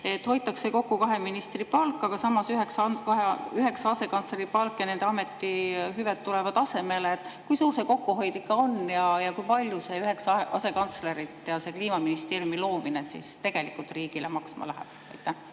Hoitakse kokku kahe ministri palk, aga samas üheksa asekantsleri palk ja nende ametihüved tulevad asemele. Kui suur see kokkuhoid ikkagi on ja kui palju need üheksa asekantslerit ja see kliimaministeeriumi loomine tegelikult riigile maksma läheb?